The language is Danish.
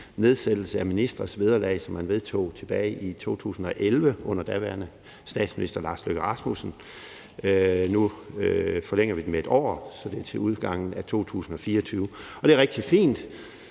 nedsættelse af ministres vederlag, som man vedtog tilbage i 2011 under daværende statsminister Lars Løkke Rasmussen. Nu forlænger vi den med 1 år, så det er til udgangen af 2024. Og det er rigtig fint,